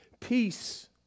Peace